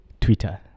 twitter